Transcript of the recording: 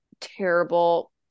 terrible